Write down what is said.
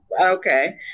Okay